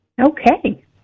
Okay